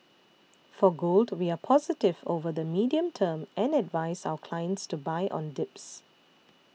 for gold we are positive over the medium term and advise our clients to buy on dips